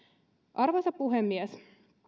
arvoisa puhemies